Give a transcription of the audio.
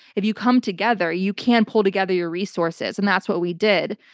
if you come together, you can pull together your resources and that's what we did.